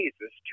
Jesus